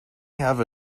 have